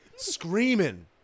Screaming